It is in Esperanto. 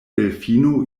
delfino